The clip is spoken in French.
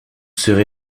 serez